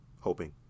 Hoping